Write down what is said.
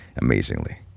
amazingly